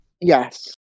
yes